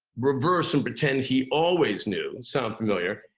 reverse and pretend he always knew. sound familiar?